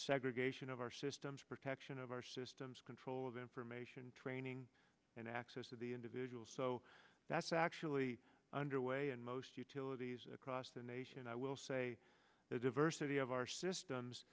segregation of our systems protection of our systems control of information training and access to the individual so that's actually underway and most utilities across the nation i will say the diversity of our systems